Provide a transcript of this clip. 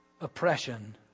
oppression